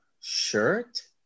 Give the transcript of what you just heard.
shirt